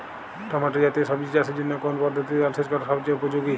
Tomato জাতীয় সবজি চাষের জন্য কোন পদ্ধতিতে জলসেচ করা সবচেয়ে উপযোগী?